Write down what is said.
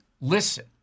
listen